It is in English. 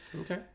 Okay